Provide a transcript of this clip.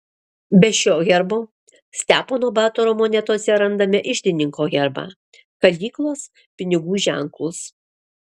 be šio herbo stepono batoro monetose randame iždininko herbą kalyklos pinigų ženklus